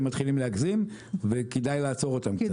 הם מתחילים להגזים וכדאי לעצור אותם קצת,